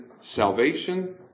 salvation